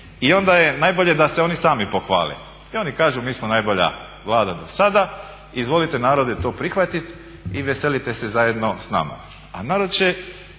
i onda je najbolje da se oni sami pohvale. I oni kažu mi smo najbolja Vlada do sada, izvolite narode to prihvatiti i veselite se zajedno sa nama. A narod će